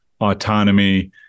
autonomy